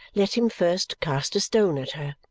let him first cast a stone at her